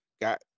got